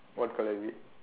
what colour is it